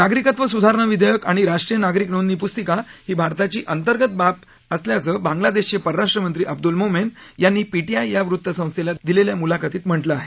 नागरिकत्व सुधारणा विधेयक आणि राष्ट्रीय नागरिक नोंदणी पुस्तिका ही भारताची अंतर्गत बाब असल्याचं बांगलादेशचे परराष्ट्रमंत्री अब्द्ल मोमेन यांनी पीटीआय या वृत्तसंस्थेला दिलेल्या मुलाखतीत म्हटलं आहे